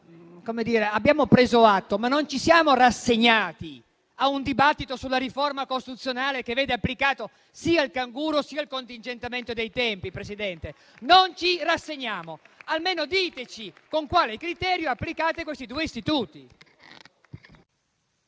Abbiamo preso atto, ma non ci siamo rassegnati a un dibattito sulla riforma costituzionale che vede applicati sia il canguro sia il contingentamento dei tempi, signora Presidente. Non ci rassegniamo, almeno diteci con quale criterio applicate questi due istituti!